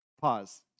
pause